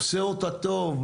עושה אותה טוב,